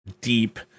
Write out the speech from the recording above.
deep